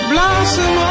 Blossom